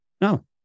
no